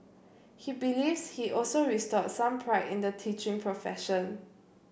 he believes he also restored some pride in the teaching profession